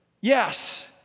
Yes